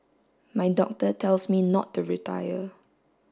my doctor tells me not to retire